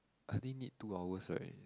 I think need two hours right